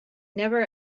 never